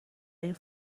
این